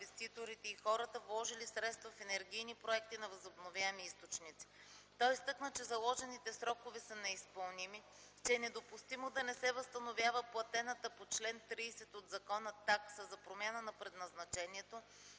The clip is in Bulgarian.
инвеститорите и хората, вложили средства в енергийни проекти от възобновяеми източници. Той изтъкна, че заложените срокове са неизпълними, че е недопустимо да не се възстановява платената по чл. 30 от закона такса за промяна предназначението